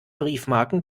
briefmarken